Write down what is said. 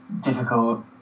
difficult